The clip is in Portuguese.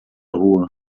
rua